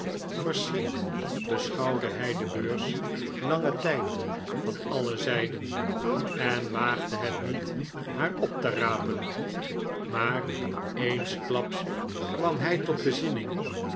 verschrikt beschouwde hij de beurs langen tijd van alio zijden en waagde het niet haar op te rapen maar eensklaps kwam hij tot bezinning